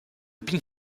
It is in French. pink